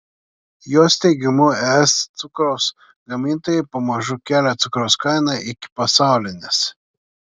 jos teigimu es cukraus gamintojai pamažu kelia cukraus kainą iki pasaulinės